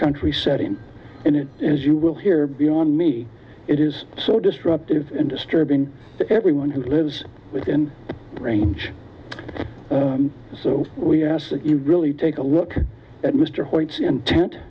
country setting and it as you will hear beyond me it is so disruptive and disturbing to everyone who lives within range so we ask that you really take a look at mr white's intent